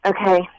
Okay